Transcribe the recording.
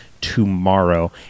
tomorrow